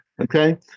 Okay